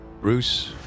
Bruce